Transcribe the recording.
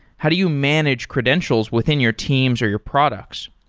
how do you manage credentials within your teams or your products?